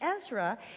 Ezra